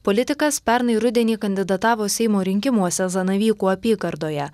politikas pernai rudenį kandidatavo seimo rinkimuose zanavykų apygardoje